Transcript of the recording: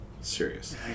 serious